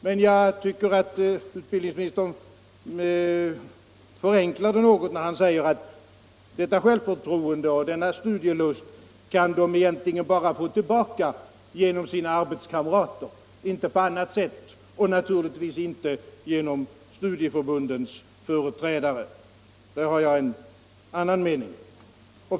Men jag tycker att utbildningsministern förenklar saken något när han säger att de kan få tillbaka detta självförtroende och denna studielust bara genom sina arbetskamrater — och naturligtvis inte genom studieförbundens företrädare. På den här punkten har jag en annan mening.